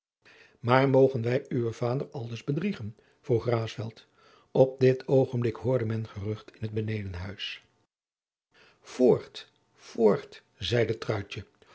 maar mogen wij uwen vader aldus bedriegen vroeg raesfelt op dit oogenblik hoorde men gerucht in het benedenhuis voort voort zeide